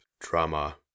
drama